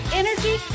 energy